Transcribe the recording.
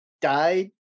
died